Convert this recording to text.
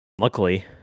Luckily